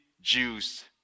Jews